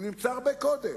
הוא נמצא הרבה קודם.